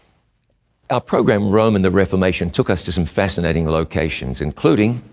our program rome and the reformation took us to some fascinating locations, including,